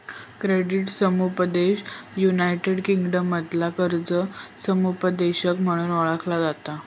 credit समुपदेशन united किंगडमात कर्जा समुपदेशन म्हणून ओळखला जाता